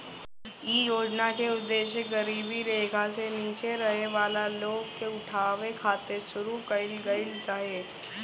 इ योजना के उद्देश गरीबी रेखा से नीचे रहे वाला लोग के उठावे खातिर शुरू कईल गईल रहे